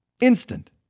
Instant